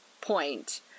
point